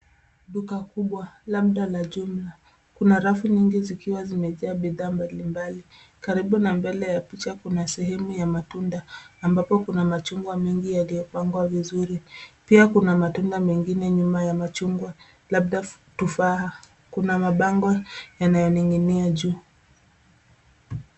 Duka kubwa, labda la jumla. Kuna rafu nyingi zikiwa zimejaa bidhaa mbalimbali. Karibu na mbele ya sehemu ya malipo, kuna eneo la matunda ambapo kuna machungwa mengi yaliyopangwa vizuri. Pia kuna matunda mengine nyuma ya machungwa, labda tufaha. Kuna mabango yanayoning'inia juu.